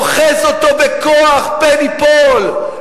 אוחז אותו בכוח פן ייפול,